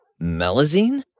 Melazine